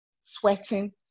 sweating